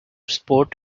sport